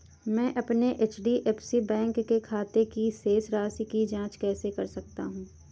मैं अपने HDFC bank के खाते की शेष राशि की जाँच कैसे कर सकता हूँ?